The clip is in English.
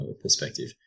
perspective